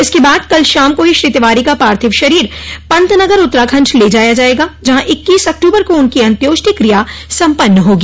इसके बाद कल शाम को ही श्री तिवारी का पार्थिव शरीर पंतनगर उत्तराखंड ले जाया जायेगा जहां इक्कीस अक्टूबर को उनकी अंत्यष्टि किया सम्पन्न होगी